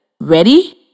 Ready